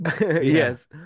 Yes